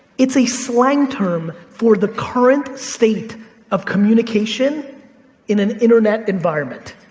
it's a slang term for the current state of communication in an internet environment.